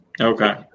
Okay